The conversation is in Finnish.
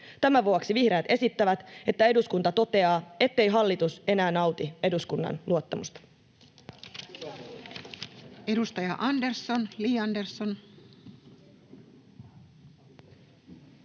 Tämän vuoksi vihreät esittää, että eduskunta toteaa, ettei hallitus enää nauti eduskunnan luottamusta.